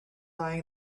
lying